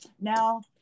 Now